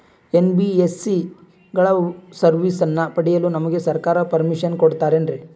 NBSC ಗಳ ಸರ್ವಿಸನ್ನ ಪಡಿಯಲು ನಮಗೆ ಸರ್ಕಾರ ಪರ್ಮಿಷನ್ ಕೊಡ್ತಾತೇನ್ರೀ?